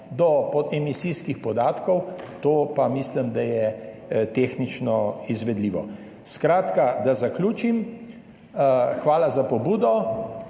do emisijskih podatkov, to pa mislim, da je tehnično izvedljivo. Skratka, da zaključim, hvala za pobudo.